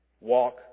walk